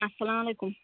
اَسلام علیکُم